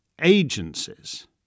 agencies